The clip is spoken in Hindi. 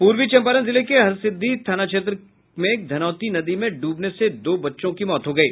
पूर्वी चंपारण जिले के हरसिद्धि थाना क्षेत्र में धनौती नदी में डूबने से दो बच्चों की मौत हो गयी